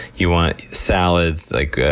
you want salads, like